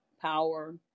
power